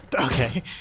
Okay